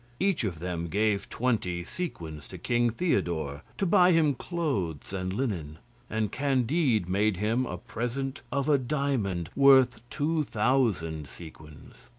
each of them gave twenty sequins to king theodore to buy him clothes and linen and candide made him a present of a diamond worth two thousand sequins.